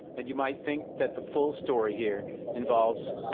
and you might think that the full story here involves,